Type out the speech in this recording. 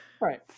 Right